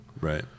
Right